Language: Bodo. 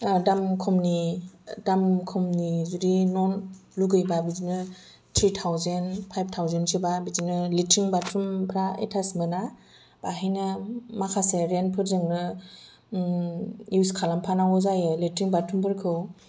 दाम खमनि दाम खमनि जुदि न' लुबैयोब्ला बिदिनो थ्रि थावजेन फाइभ थावजेनसोबा बिदिनो लेट्रिन बाथ्रुमफोरा एटास मोना बेहायनो माखासे रेन्टफोरजोंनो इउज खालामफानांगौ जायो लेट्रिन बाथ्रुमफोरखौ